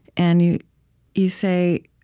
and you you say,